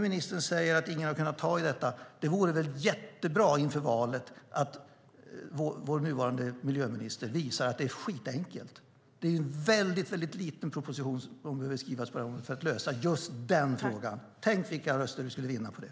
Ministern säger att ingen har kunnat ta i detta, och då vore det väl jättebra nu inför valet om vår nuvarande miljöminister visar att det är skitenkelt. Det är en väldigt liten proposition som behöver skrivas på det här området för att lösa just den frågan. Tänk vilka röster du skulle vinna på det!